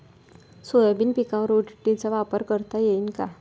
Soybean पिकावर ODT चा वापर करता येईन का?